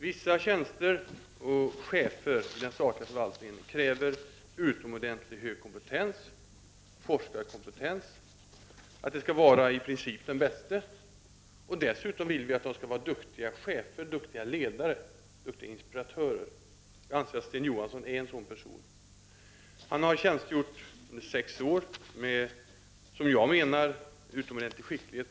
Vissa chefstjänster i den statliga förvaltningen kräver utomordentligt hög kompetens, forskarkompetens, och det skall vara i princip den bäste som utses, som dessutom är duktig chef, ledare och inspiratör. Jag anser att den nuvarande chefen för SCB är en sådan person. Han har tjänstgjort på sitt jobb under sex år med utomordentlig skicklighet.